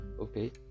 Okay